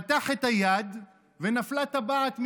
פתח את היד ונפלה טבעת מידו.